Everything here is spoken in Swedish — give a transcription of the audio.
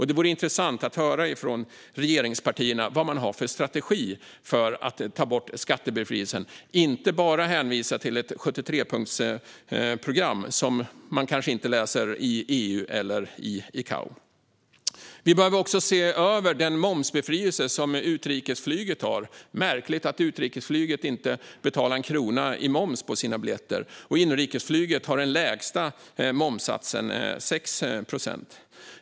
Det vore intressant att höra från regeringspartierna vad de har för strategi för att ta bort skattebefrielsen - inte bara hänvisning till ett 73-punktsprogram som man kanske inte läser i EU eller i ICAO. Vi behöver även se över den momsbefrielse som utrikesflyget har. Det är märkligt att utrikesflyget inte betalar en krona i moms på sina biljetter. Inrikesflyget har dessutom den lägsta momssatsen, 6 procent.